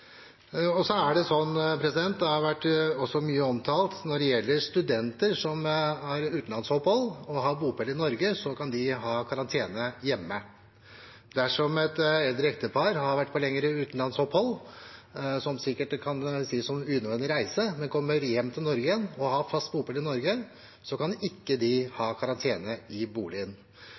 Så er det slik – det har vært mye omtalt – at studenter som har utenlandsopphold, men har bopel i Norge, kan ha karantene hjemme. Dersom et eldre ektepar har vært på lengre utenlandsopphold, som sikkert kan sies å være unødvendig reise, kommer hjem til Norge igjen og har fast bopel i Norge, kan ikke de ha karantene i boligen.